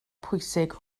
pwysig